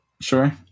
Sure